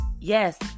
yes